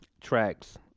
tracks